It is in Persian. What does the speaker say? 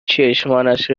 چشمانش